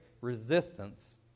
resistance